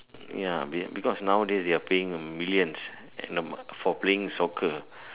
ya be because nowadays they are paying millions and for playing soccer